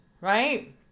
right